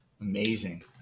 Amazing